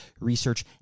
research